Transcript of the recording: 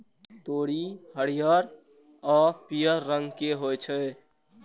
तोरी हरियर आ पीयर रंग के होइ छै